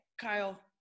Kyle